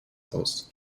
aus